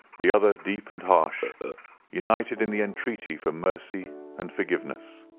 the other deep and harshaeur united in the entreaty for mercy and forgiveness.